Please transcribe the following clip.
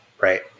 Right